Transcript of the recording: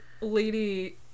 lady